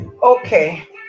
okay